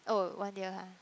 oh one year ah